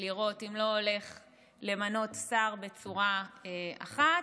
אם לא הולך למנות שר בצורה אחת,